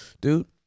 Dude